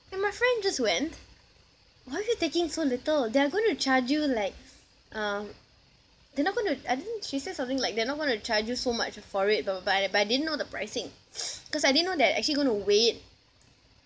and my friend just went why are you taking so little they're going to charge you like uh they're not going to I think she said something like they're not going to charge you so much for it though but I but I didn't know the pricing cause I didn't know they're actually going to weigh it